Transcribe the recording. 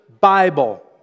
Bible